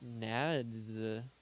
nads